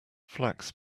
flax